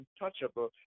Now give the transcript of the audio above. untouchable